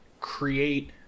create